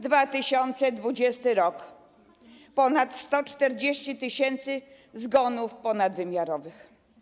2020 r. - ponad 140 tys. zgonów ponadwymiarowych.